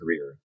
career